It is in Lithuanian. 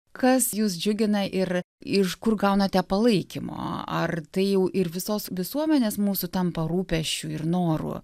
kas jus džiugina ir iš kur gaunate palaikymo ar tai jau ir visos visuomenės mūsų tampa rūpesčiu ir noru